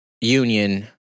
union